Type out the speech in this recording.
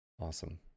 Awesome